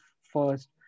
first